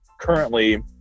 currently